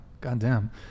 Goddamn